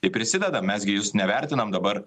ir prisidedam mes gi jūs nevertinam dabar